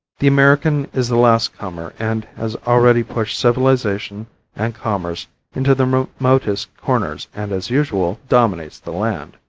the american is the last comer and has already pushed civilization and commerce into the remotest corners and, as usual, dominates the land.